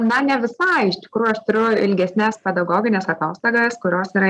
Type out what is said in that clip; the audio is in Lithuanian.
na ne visai iš tikrųjų aš turiu ilgesnes pedagogines atostogas kurios yra